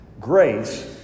grace